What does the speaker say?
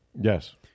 Yes